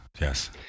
Yes